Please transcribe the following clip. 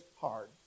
hard